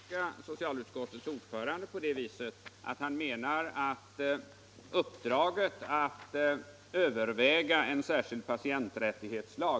Herr talman! Får jag då tolka socialutskottets ordförande så att han menar att medicinalansvarskommittén redan har uppdraget att överväga en särskild patienträttighetslag?